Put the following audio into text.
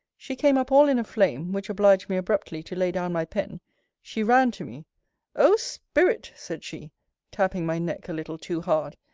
she came up all in a flame which obliged me abruptly to lay down my pen she ran to me o spirit! said she tapping my neck a little too hard.